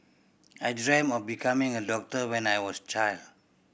I dreamt of becoming a doctor when I was child